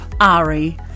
Ari